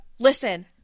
Listen